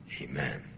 Amen